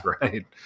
right